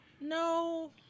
no